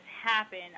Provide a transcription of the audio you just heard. happen